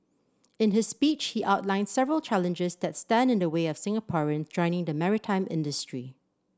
in his speech he outlined several challenges that stand in the way of Singaporean joining the maritime industry